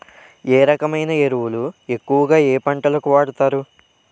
ఏ రకమైన ఎరువులు ఎక్కువుగా ఏ పంటలకు వాడతారు?